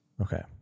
Okay